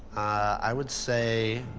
i would say